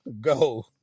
go